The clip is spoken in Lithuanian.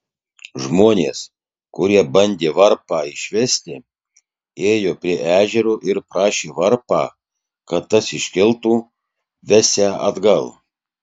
žmonės kurie bandė varpą išvesti ėjo prie ežero ir prašė varpą kad tas iškiltų vesią atgal